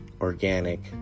organic